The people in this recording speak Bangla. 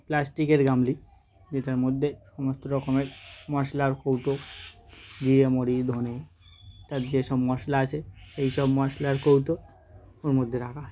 প্লাস্টিকের গামলা যেটার মধ্যে সমস্ত রকমের মশলার কৌটো জিরে মড়ি ধনে ইত্যাদ যেসব মশলা আছে সেই সব মশলার কৌটো ওর মধ্যে রাখা হয়